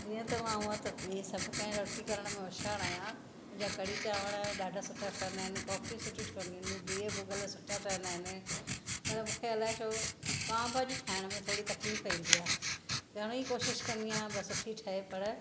जीअं त मां हूअं त हीअ सभु कंहिं रोटी करण में होशियारु आहियां मुंहिंजा कढ़ी चांवर ॾाढा सुठा ठहंदा आहिनि कॉफी सुठी ठहंदी आहिनि बीह भुॻलि सुठा ठहंदा आहिनि पर मूंखे अलाए छो पाव भाजी ठाहिण में थोरी तकलीफ़ ईंदी आहे घणो ई कोशिशि कंदी आहियां सुठी ठहे पर